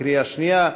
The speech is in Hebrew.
בקריאה השנייה.